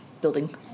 building